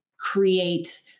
create